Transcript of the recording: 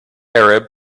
arab